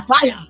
fire